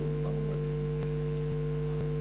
אדוני היושב-ראש הקודם, ובעזרת השם הנשיא לעתיד,